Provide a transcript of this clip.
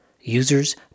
Users